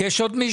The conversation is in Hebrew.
יש עוד מישהו?